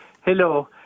Hello